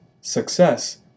Success